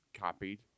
copied